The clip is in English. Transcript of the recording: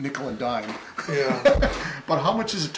nickel and dime but how much is